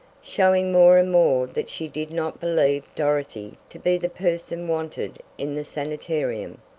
showing more and more that she did not believe dorothy to be the person wanted in the sanitarium.